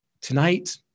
tonight